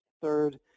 Third